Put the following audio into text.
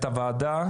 מנהלת הוועדה.